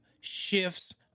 shifts